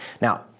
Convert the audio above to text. Now